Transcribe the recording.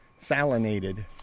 salinated